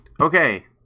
Okay